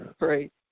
right